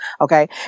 Okay